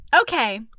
Okay